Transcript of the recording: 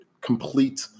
complete